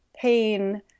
pain